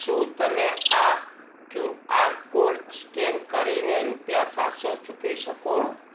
શું તમે આ ક્યુઆર કોડ સ્કેન કરીને રૂપિયા સાતસો ચૂકવી શકો